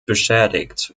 beschädigt